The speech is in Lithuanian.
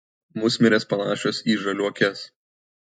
musmirės panašios į žaliuokes